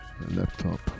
laptop